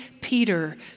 Peter